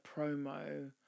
promo